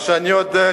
מה שאני יודע,